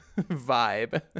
vibe